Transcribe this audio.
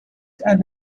and